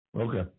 Okay